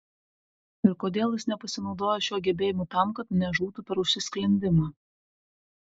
ir kodėl jis nepasinaudoja šiuo gebėjimu tam kad nežūtų per užsisklendimą